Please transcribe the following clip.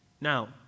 Now